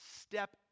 step